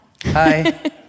Hi